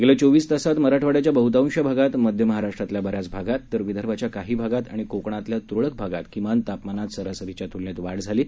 गेल्या चोवीस तासात मराठवाड्याच्या बह्तांश भागात मध्य महाराष्ट्रातल्या बऱ्याच भागात विदर्भाच्या काही भागात तर कोकणातल्या तुरळक भागात किमान तापमानात सरासरीच्या तुलनेत वाढ झाली आहे